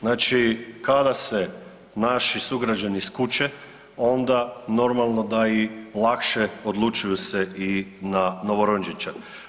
Znači kada se naši sugrađani skuće onda normalno da i lakše odlučuju se i na novorođenčad.